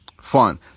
Fun